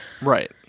Right